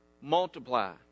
multiply